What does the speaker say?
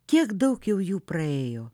kiek daug jau jų praėjo